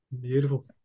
Beautiful